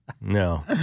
No